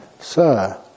Sir